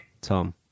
Tom